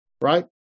right